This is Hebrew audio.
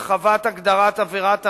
הרחבת הגדרת עבירת המין,